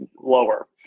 lower